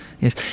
Yes